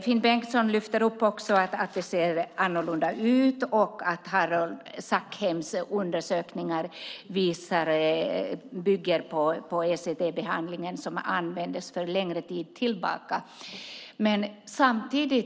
Finn Bengtsson lyfter upp att det ser annorlunda ut och att Harold Sackeims undersökningar bygger på den ECT-behandling som användes längre tillbaka i tiden.